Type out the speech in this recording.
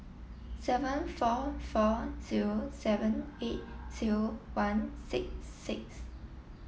seven four four zero seven eight zero one six six